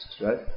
right